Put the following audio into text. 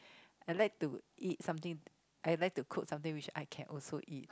I like to something I like to cook something which I can also eat